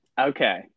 Okay